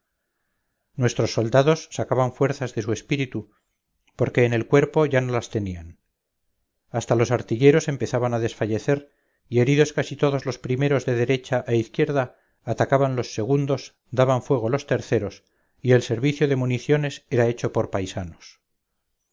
nuestros soldados sacaban fuerzas de su espíritu porque en el cuerpo ya no las tenían hasta los artilleros empezaban a desfallecer y heridos casi todos los primeros de derecha e izquierda atacaban los segundos daban fuego los terceros y el servicio de municiones era hecho por paisanos